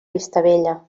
vistabella